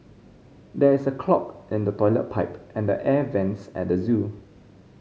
there is a clog in the toilet pipe and the air vents at the zoo